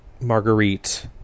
Marguerite